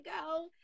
go